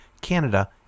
Canada